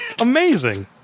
amazing